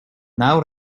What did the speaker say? now